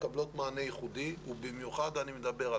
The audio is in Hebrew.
מקבלות מענה ייחודי ובמיוחד אני מדבר על